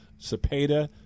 Cepeda